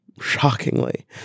shockingly